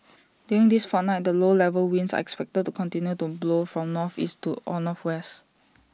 during this fortnight the low level winds are expected to continue to blow from northeast to or northwest